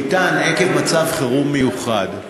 מע"מ אפס ניתן עקב מצב חירום מיוחד,